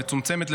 המצמצמות,